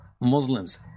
muslims